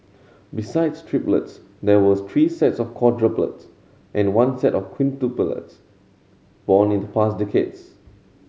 besides triplets there was three sets of quadruplets and one set of quintuplets born in to past decades